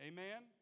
Amen